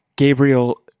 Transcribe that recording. Gabriel